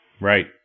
Right